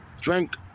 drink